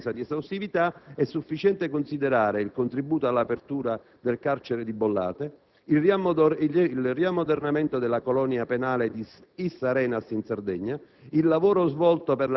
A titolo puramente esemplificativo, e senza nessuna pretesa di esaustività, è sufficiente considerare il contributo all'apertura del carcere di Bollate, il riammodernamento della colonia penale di Is Arenas